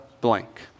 blank